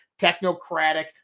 technocratic